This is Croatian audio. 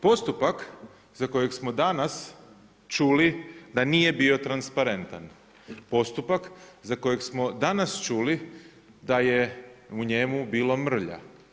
Postupak za kojeg smo danas čuli da nije bio transparentan, postupak za kojeg smo danas čuli da je u njemu bilo mrlja.